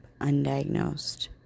undiagnosed